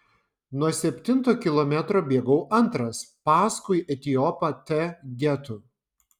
nuo septinto kilometro bėgau antras paskui etiopą t getu